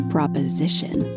Proposition